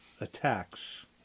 attacks